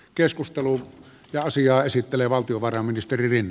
keskustelu naisia esittelee valtiovarainministerin